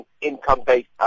income-based